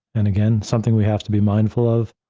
and again, something we have to be mindful of,